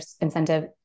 incentive